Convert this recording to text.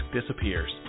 disappears